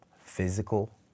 physical